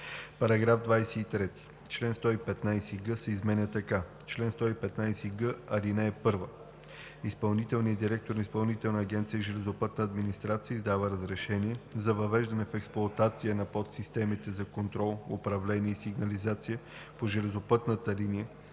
§ 23: „§ 23. Член 115г се изменя така: „Чл. 115г. (1) Изпълнителният директор на Изпълнителна агенция „Железопътна администрация“ издава разрешение за въвеждане в експлоатация на подсистемите за контрол, управление и сигнализация по железопътната линия,